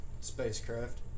spacecraft